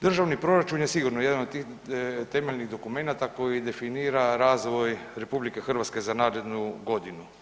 Državni proračun je sigurno jedan od tih temeljnih dokumenata koji definira razvoj RH za narednu godinu.